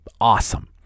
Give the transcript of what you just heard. awesome